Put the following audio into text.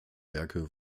werke